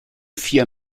vier